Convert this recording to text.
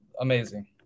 amazing